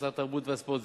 משרד התרבות והספורט.